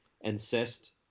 insist